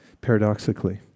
paradoxically